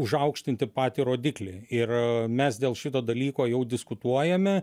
užaukštinti patį rodiklį ir mes dėl šito dalyko jau diskutuojame